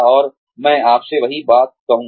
और मैं आपसे वही बात कहूँगा